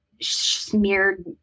smeared